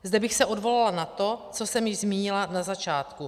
Zde bych se odvolala na to, co jsem již zmínila na začátku.